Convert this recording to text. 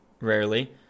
rarely